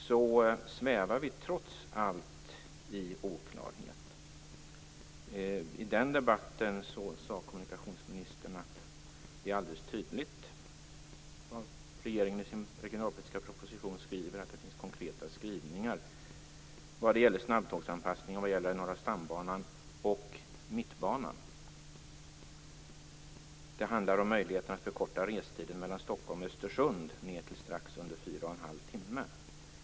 Där måste jag konstatera att vi trots allt svävar i oklarhet. I den debatten sade kommunikationsministern att det är alldeles tydligt vad regeringen skriver i sin regionalpolitiska proposition, nämligen att det finns konkreta skrivningar vad gäller snabbtågsanpassning och vad gäller Norra stambanan och Mittbanan. Det handlar om möjligheten att förkorta restiden mellan Stockholm och Östersund ned till strax under fyra och en halv timme.